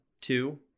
two